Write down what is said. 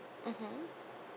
mmhmm